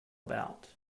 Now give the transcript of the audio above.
about